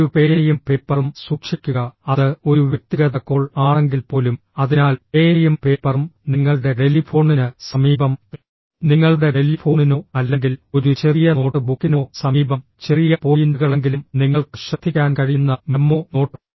ഒരു പേനയും പേപ്പറും സൂക്ഷിക്കുക അത് ഒരു വ്യക്തിഗത കോൾ ആണെങ്കിൽ പോലും അതിനാൽ പേനയും പേപ്പറും നിങ്ങളുടെ ടെലിഫോണിന് സമീപം നിങ്ങളുടെ ടെലിഫോണിനോ അല്ലെങ്കിൽ ഒരു ചെറിയ നോട്ട് ബുക്കിനോ സമീപം ചെറിയ പോയിന്റുകളെങ്കിലും നിങ്ങൾക്ക് ശ്രദ്ധിക്കാൻ കഴിയുന്ന മെമ്മോ നോട്ട്